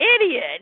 idiot